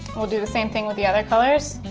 we'll do the same thing with the other colors.